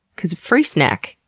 cause free snack.